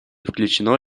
включено